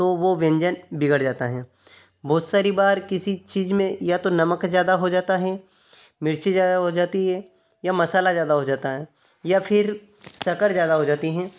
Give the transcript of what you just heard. तो वो व्यंजन बिगड़ जाता है बहुत सारी बार किसी चीज़ में या तो नमक ज़्यादा हो जाता है मिर्ची ज़्यादा हो जाती है या मसाला ज़्यादा हो जाता है या फिर शक्कर ज़्यादा हो जाती है